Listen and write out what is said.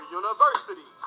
university